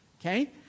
Okay